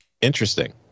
interesting